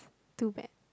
too bad